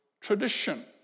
tradition